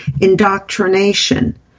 indoctrination